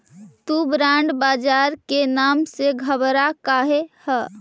तु बॉन्ड बाजार के नाम से घबरा काहे ह?